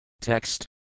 Text